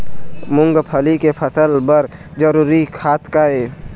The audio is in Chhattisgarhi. मूंगफली के फसल बर जरूरी खाद का ये?